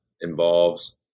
involves